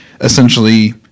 essentially